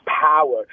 power